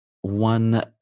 one